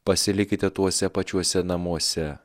pasilikite tuose pačiuose namuose